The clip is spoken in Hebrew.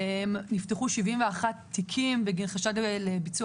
נפתחו 71 תיקים בגין חשד לביצוע